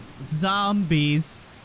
zombies